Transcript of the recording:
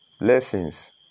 blessings